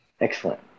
excellent